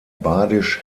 badisch